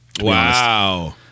Wow